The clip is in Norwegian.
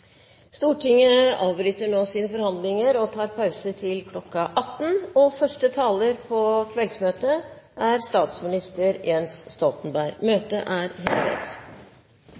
Stortinget avbryter nå sine forhandlinger og tar pause til kl. 18. Første taler er statsminister Jens Stoltenberg. Møtet